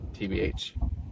TBH